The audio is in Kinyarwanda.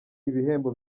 ibihembo